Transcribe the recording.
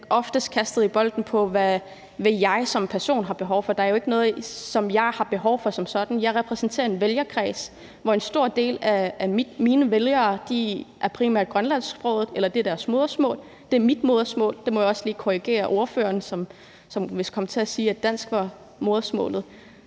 en kastebold, i forhold til hvad jeg som person har behov for. Der er jo ikke noget, som jeg har behov for som sådan. Jeg repræsenterer en vælgerkreds, hvor en stor del af mine vælgere primært er grønlandsksprogede; det er deres modersmål, og det er mit modersmål – der må jeg også lige korrigere ordføreren, som vist kom til at sige, at dansk var modersmålet